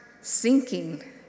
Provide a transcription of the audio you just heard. sinking